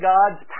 God's